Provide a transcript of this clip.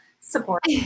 support